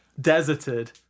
Deserted